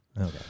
Okay